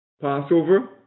Passover